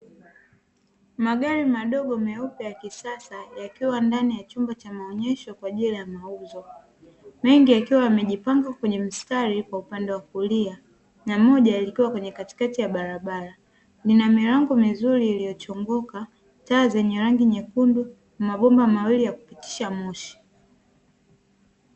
Magari madogo meupe ya kisasa yakiwa ndani ya chumba cha maonyesho kwa ajili ya mauzo, mengi yakiwa yamejipanga kwenye mstari kwa upande wa kulia, na moja yalikuwa kwenye katikati ya barabara lina milango mizuri iliyochongoka, taa zenye rangi nyekundu mabomba mawili ya kupitisha moshi.